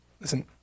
Listen